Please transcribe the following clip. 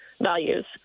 values